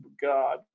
God